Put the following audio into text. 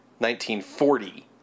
1940